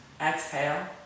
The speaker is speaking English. Exhale